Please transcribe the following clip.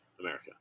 America